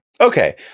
Okay